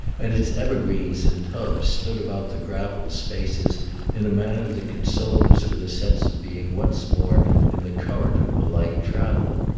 and its evergreens in tubs stood about the gravelled spaces in a manner that consoled us with a sense of being once more in the current of polite travel.